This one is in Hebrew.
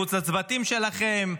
מחוץ לצוותים שלכם,